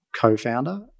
co-founder